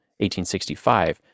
1865